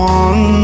one